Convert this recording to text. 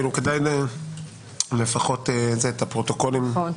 כדאי שיהיו בפנינו הפרוטוקולים הקודמים של הישיבות בנושא זה.